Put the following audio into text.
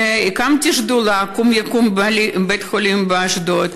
והקמתי שדולה "קום יקום בית-חולים באשדוד",